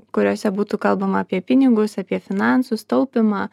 kuriose būtų kalbama apie pinigus apie finansus taupymą